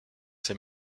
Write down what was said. ses